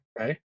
Okay